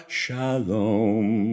shalom